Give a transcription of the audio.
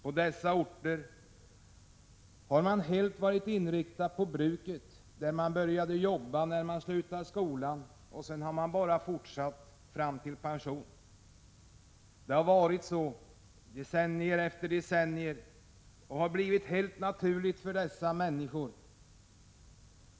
På dessa orter har man helt varit inriktad på bruket, där man började jobba när man slutat skolan och sedan bara fortsatte fram till pensionen. Det har varit så i decennium efter decennium, och det har blivit helt naturligt för dessa människor.